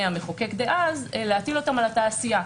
המחוקק דאז להטיל אותם על התעשייה,